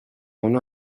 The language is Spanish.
uno